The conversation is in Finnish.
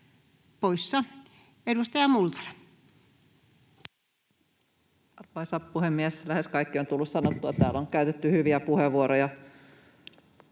täyssulun piiriin. Arvoisa puhemies! Lähes kaikki on tullut sanottua, täällä on käytetty hyviä puheenvuoroja.